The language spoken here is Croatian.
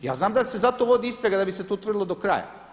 Ja znam da se zato vodi istraga da bi se to utvrdilo do kraja.